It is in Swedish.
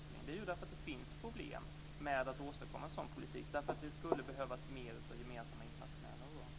Det är ju därför att det finns problem med att åstadkomma en sådan politik därför att det skulle behövas mer av gemensamma internationella organ.